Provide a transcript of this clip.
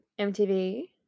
MTV